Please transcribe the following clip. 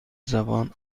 زبان